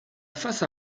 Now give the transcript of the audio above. face